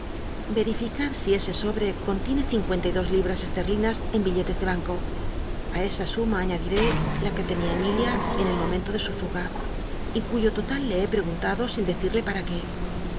sí ese sobre contiene cíncncnta y dos líbras esterlinas en billetes de banco ti esa suma añaclíré la que tenia emilía en el momento de su fuga y cuyo total le be pr'cguntado sin decíl'le para qué